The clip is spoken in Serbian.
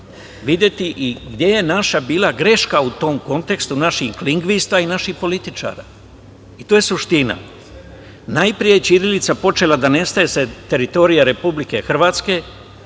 videti i gde je naša bila greška u tom kontekstu naših lingvista i naših političara i to je suština. Najpre je ćirilica počela da nestaje sa teritorija Republike Hrvatske,